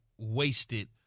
wasted